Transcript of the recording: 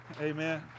Amen